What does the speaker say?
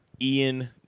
Ian